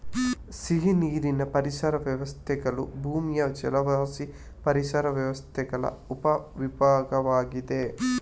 ಸಿಹಿನೀರಿನ ಪರಿಸರ ವ್ಯವಸ್ಥೆಗಳು ಭೂಮಿಯ ಜಲವಾಸಿ ಪರಿಸರ ವ್ಯವಸ್ಥೆಗಳ ಉಪ ವಿಭಾಗವಾಗಿದೆ